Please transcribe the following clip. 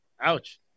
Ouch